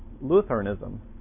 Lutheranism